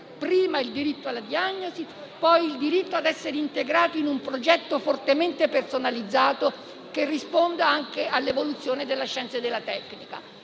prima il diritto alla diagnosi, poi il diritto ad essere integrato in un progetto fortemente personalizzato, che risponda anche all'evoluzione della scienza e della tecnica.